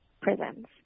prisons